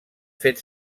fet